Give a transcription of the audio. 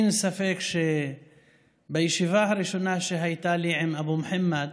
אין ספק, בישיבה הראשונה שהייתה לי עם אבו מוחמד